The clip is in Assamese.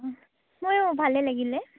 ময়ো ভালে লাগিলে